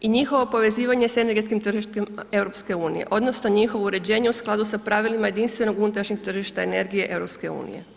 I njihovo povezivanje s energetskim tržištima EU, odnosno, njihovo uređenje u skladu s pravilima jedinstvenom unutrašnjeg tržišta energije EU.